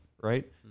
right